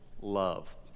love